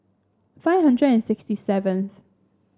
five hundred and sixty seventh